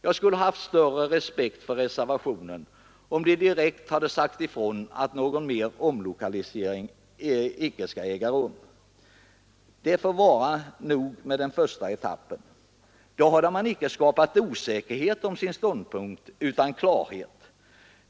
Jag skulle ha större respekt för reservationen om man direkt sagt ifrån att någon mer omlokalisering icke skall äga rum, utan att det fick vara nog med den första etappen. Då hade man icke skapat osäkerhet om sin ståndpunkt, utan i stället klarhet.